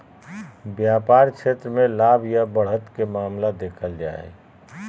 व्यापार क्षेत्र मे लाभ या बढ़त के मामला देखल जा हय